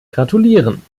gratulieren